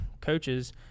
coaches